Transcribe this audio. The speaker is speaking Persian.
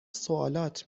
سوالات